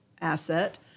asset